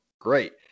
great